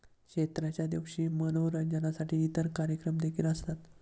क्षेत्राच्या दिवशी मनोरंजनासाठी इतर कार्यक्रम देखील असतात